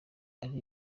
ari